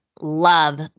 love